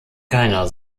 keiner